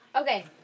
Okay